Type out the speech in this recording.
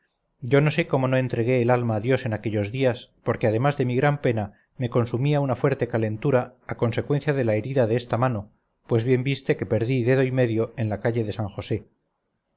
yo no sé cómo no entregué el alma a dios en aquellos días porque además de mi gran pena me consumía una fuerte calentura a consecuencia de la herida de esta mano pues bien viste que perdí dedo y medio en la calle de san josé